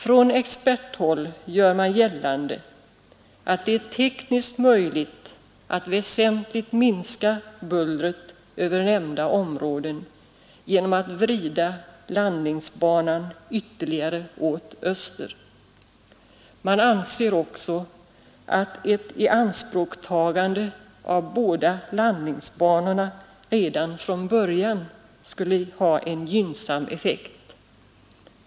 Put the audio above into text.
Från experthåll gör man gällande att det är tekniskt möjligt att väsentligt minska bullret över nämnda områden genom att vrida landningsbanan ytterligare åt öster. Man anser också, att ett ianspråktagande av båda landningsbanorna redan från början skulle ha en gynnsam effekt.